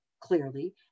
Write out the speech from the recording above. clearly